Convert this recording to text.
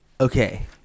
Okay